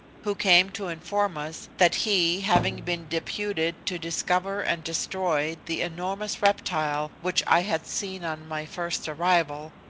who came to inform us that he, having been deputed to discover and destroy the enormous reptile which i had seen on my first arrival,